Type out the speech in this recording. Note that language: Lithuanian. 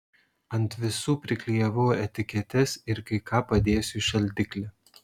ant visų priklijavau etiketes ir kai ką padėsiu į šaldiklį